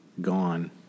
gone